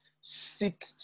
seek